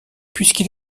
puisqu’il